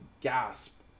gasp